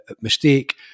mistake